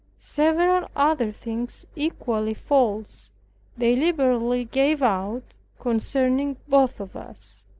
several other things equally false they liberally gave out concerning both of us.